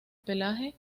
pelaje